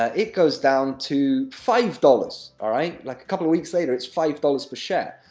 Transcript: ah it goes down to five dollars, all right like a couple of weeks later. it's five dollars per share,